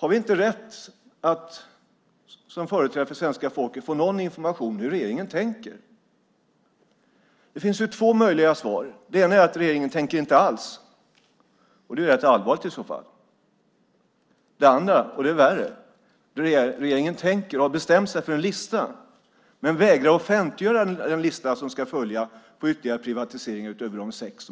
Har vi inte rätt att, som företrädare för svenska folket, få någon information om hur regeringen tänker? Det finns två möjliga svar. Det ena är att regeringen inte tänker alls - det är i så fall rätt allvarligt. Det andra är värre, nämligen att regeringen tänker och har bestämt sig för en lista men vägrar att offentliggöra listan över de privatiseringar man ska göra utöver de sex.